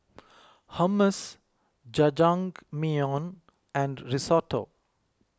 Hummus Jajangmyeon and Risotto